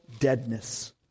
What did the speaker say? deadness